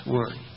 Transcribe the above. Word